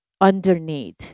underneath